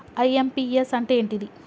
IMPS అంటే ఏంటిది?